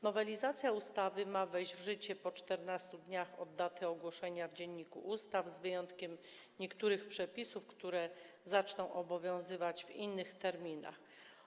Nowelizacja ustawy ma wejść w życie po 14 dniach od daty ogłoszenia w Dzienniku Ustaw, z wyjątkiem niektórych przepisów, które zaczną obowiązywać w innych terminach.